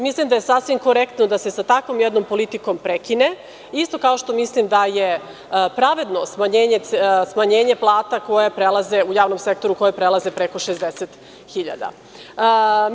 Mislim da je sasvim korektno da se sa takvom politikom prekine, isto kao što mislim da je pravedno smanjenje plata u javnom sektoru koje prelaze preko 60.000.